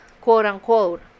quote-unquote